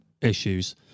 issues